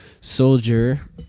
soldier